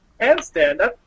handstand